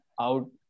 out